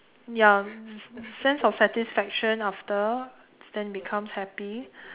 ya sense of satisfaction after then becomes happy